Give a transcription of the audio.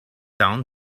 down